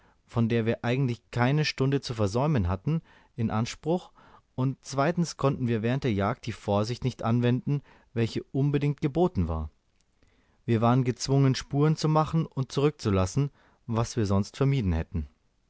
von der wir eigentlich keine stunde zu versäumen hatten in anspruch und zweitens konnten wir während der jagd die vorsicht nicht anwenden welche unbedingt geboten war wir waren gezwungen spuren zu machen und zurückzulassen was wir sonst vermieden hätten